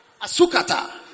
asukata